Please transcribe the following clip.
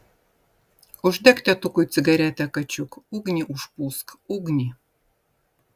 uždek tėtukui cigaretę kačiuk ugnį užpūsk ugnį